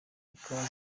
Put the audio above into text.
ikawa